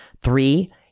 three